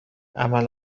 عمل